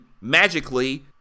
magically